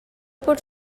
por